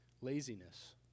laziness